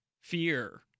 fear